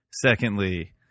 Secondly